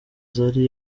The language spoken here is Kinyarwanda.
zari